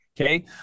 Okay